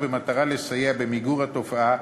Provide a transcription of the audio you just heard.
במטרה לסייע במיגור התופעה,